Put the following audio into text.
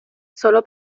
solo